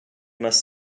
must